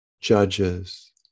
judges